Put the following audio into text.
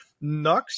Nux